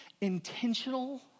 intentional